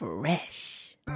Fresh